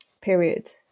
period